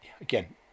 Again